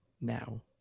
now